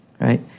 right